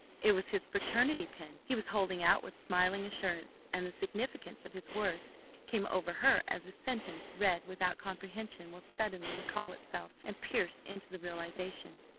it was his fraternity pin he was holding out with smiling assurance and the significance of his words came over her as a sentence read without comprehension will suddenly recall itself and pierce into the realization.